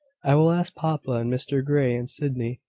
i will ask papa, and mr grey, and sydney,